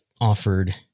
offered